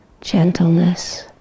gentleness